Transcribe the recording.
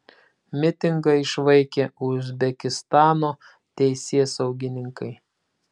mitingą išvaikė uzbekistano teisėsaugininkai